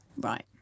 Right